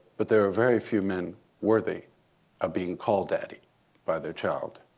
but there are very few men worthy of being called daddy by their child.